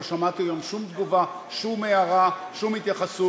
לא שמעתי היום שום תגובה, שום הערה, שום התייחסות.